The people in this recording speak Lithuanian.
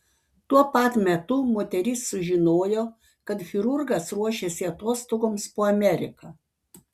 tuo pat metu moteris sužinojo kad chirurgas ruošiasi atostogoms po ameriką